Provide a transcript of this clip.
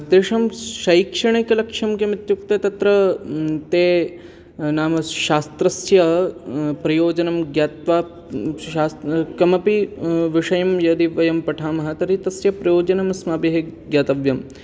तेषां शैक्षणिकलक्ष्यं किम् इत्युक्ते तत्र ते नाम शास्त्रस्य प्रयोजनं ज्ञात्वा कमपि विषयं यदि वयं पठामः तर्हि तस्य प्रयोजनम् अस्माभिः ज्ञातव्यं